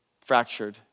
fractured